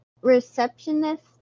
receptionist